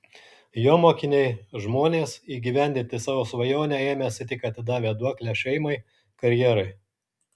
jo mokiniai žmonės įgyvendinti savo svajonę ėmęsi tik atidavę duoklę šeimai karjerai